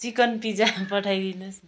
chicken pizza पठाइदिनुहोस् न